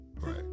right